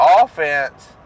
offense